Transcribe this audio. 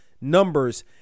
numbers